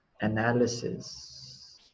analysis